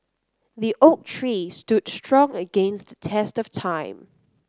the oak tree stood strong against the test of time